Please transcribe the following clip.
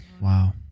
Wow